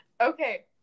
Okay